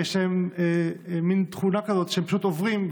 יש להם מין תכונה כזאת שהם פשוט עוברים,